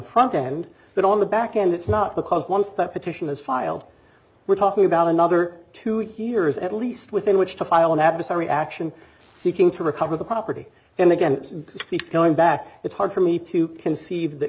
front end but on the back end it's not because once that petition is filed we're talking about another two years at least within which to file an adversary action seeking to recover the property and again going back it's hard for me to conceive that